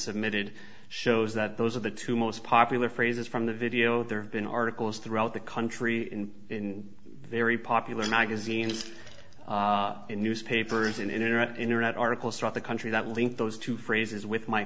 mid shows that those are the two most popular phrases from the video there have been articles throughout the country in very popular magazines in newspapers and in internet internet articles throughout the country that link those two phrases with my